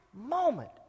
moment